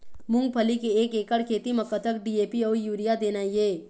मूंगफली के एक एकड़ खेती म कतक डी.ए.पी अउ यूरिया देना ये?